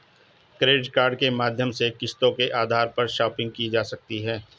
credit card के माध्यम से किस्तों के आधार पर शापिंग की जा सकती है